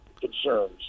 concerns